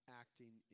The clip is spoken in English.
acting